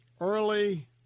early